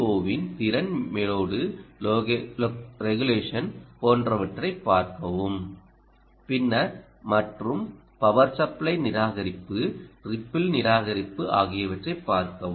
ஓ யின் திறன் load regulation போன்றவற்றைப் பார்க்கவும் பின்னர் மற்றும் பவர் சப்ளை நிராகரிப்பு ரிப்பிள் நிராகரிப்பு ஆகியவற்றைப் பார்க்கவும்